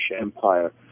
Empire